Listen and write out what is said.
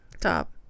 Top